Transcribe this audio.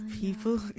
people